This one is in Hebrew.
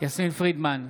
יסמין פרידמן,